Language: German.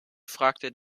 fragte